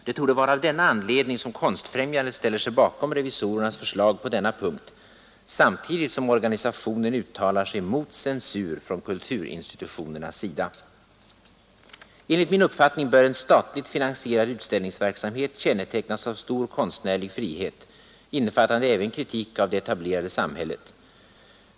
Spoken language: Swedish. Det torde vara av denna anledning som Konstfrämjandet ställer sig bakom revisorernas förslag på denna punkt samtidigt som organisationen uttalar sig mot censur från kulturinstitutionernas sida. Enligt min uppfattning bör en statligt finansierad utställningsverksamhet kännetecknas av stor konstnärlig frihet, innefattande även kritik av det etablerade samhället.